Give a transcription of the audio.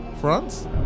France